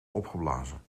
opgeblazen